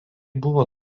buvo